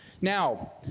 Now